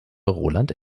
roland